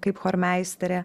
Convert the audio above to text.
kaip chormeisterė